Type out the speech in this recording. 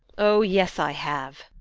oh yes, i have!